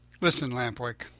listen, lamp-wick,